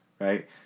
right